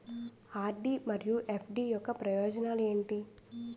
RD మరియు FD యొక్క ప్రయోజనాలు ఏంటి?